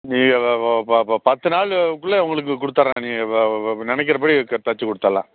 நீங்கள் பத்து நாளுக்குள்ளே உங்களுக்கு கொடுத்துறேன் நீங்கள் நினைக்கிறபடியே க தைச்சிக் கொடுத்துரலாம்